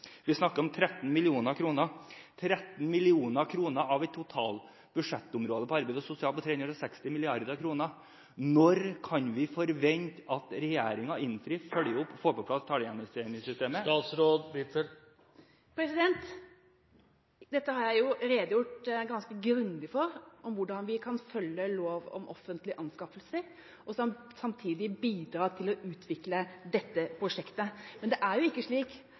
Vi snakker om 13 mill. kr – 13 mill. kr til arbeids- og sosialformål av et totalbudsjett på 360 mrd. kr. Når kan vi forvente at regjeringen innfrir, følger opp og får på plass taleregistreringssystemet? Dette har jeg jo redegjort ganske grundig for – hvordan vi kan følge lov om offentlige anskaffelser og samtidig bidra til å utvikle dette prosjektet. Men det er jo ikke slik